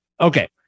Okay